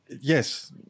yes